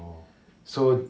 so